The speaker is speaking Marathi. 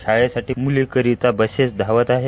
शाळेसाठी मुलींकरीता बसेस धावत आहेत